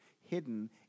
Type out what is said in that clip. hidden